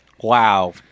Wow